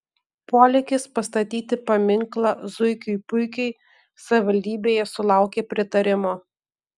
polėkis pastatyti paminklą zuikiui puikiui savivaldybėje sulaukė pritarimo